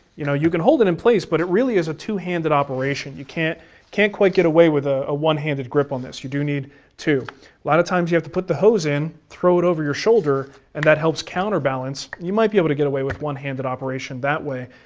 you know you can hold it in place, but it really is a two handed operation. you can't can't quite get away with a ah one handed grip on this, you do need two. a lot of times you have to put the hose in, and throw it over your shoulder, and that helps counterbalance. you might be able to get away with one handed operation that way,